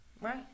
Right